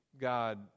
God